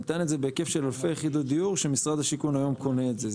נתן את זה בהיקף של אלפי יחידות דיור שמשרד השיכון היום קונה את זה.